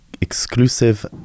exclusive